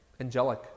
Angelic